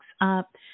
up